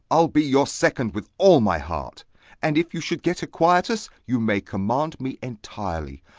i'll be your second with all my heart and if you should get a quietus, you may command me entirely.